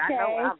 Okay